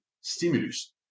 stimulus